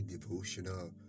Devotional